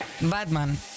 Batman